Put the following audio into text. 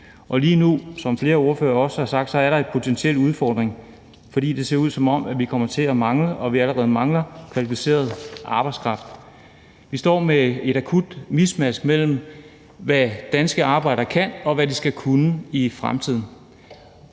og lige nu er der, som flere ordførere også har sagt, en potentiel udfordring, fordi det ser ud, som om vi kommer til at mangle og vi allerede mangler kvalificeret arbejdskraft. Vi står med et akut miskmask mellem, hvad danske arbejdere kan, og hvad de skal kunne i fremtiden.